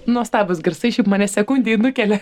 nuostabūs garsai šiaip mane sekundei nukelia